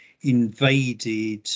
invaded